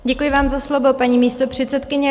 Děkuji vám za slovo, paní místopředsedkyně.